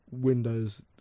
windows